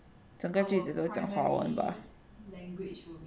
整个这些都讲华文 bah